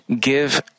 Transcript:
give